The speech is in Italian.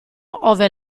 ove